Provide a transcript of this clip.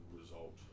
result